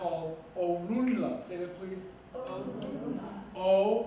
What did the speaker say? oh oh oh